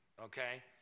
Okay